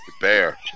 bear